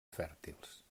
fèrtils